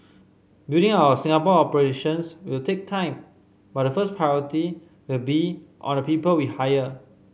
building our Singapore operations will take time but the first priority will be on the people we hire